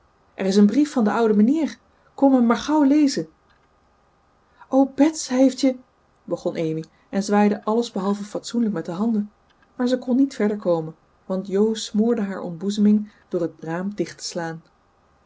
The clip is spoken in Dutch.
er is een brief van den ouden mijnheer kom hem maar gauw lezen o bets hij heeft je begon amy en zwaaide alles behalve fatsoenlijk met de handen maar ze kon niet verder komen want jo smoorde haar ontboezeming door het raam dicht te slaan